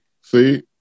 See